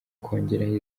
kongeraho